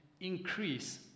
increase